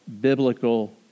biblical